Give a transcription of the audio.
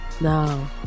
No